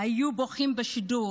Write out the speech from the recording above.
היו בוכים בשידור: